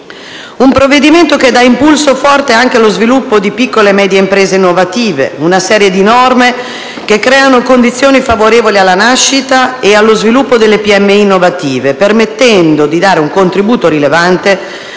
un provvedimento che dà un impulso forte anche allo sviluppo di piccole e medie imprese innovative, con una serie di norme che creano condizioni favorevoli alla nascita e allo sviluppo delle PMI innovative permettendo di dare un contributo rilevante